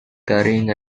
carrying